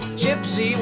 gypsy